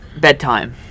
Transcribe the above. bedtime